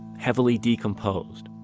heavily decomposed,